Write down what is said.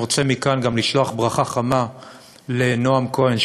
אני רוצה מכאן לשלוח ברכה חמה לנועם כהן,